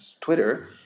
Twitter